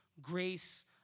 grace